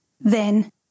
Then